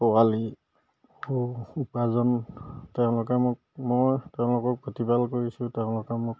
পোৱালি উপাৰ্জন তেওঁলোকে মোক মই তেওঁলোকক প্ৰতিপাল কৰিছোঁ তেওঁলোকে মোক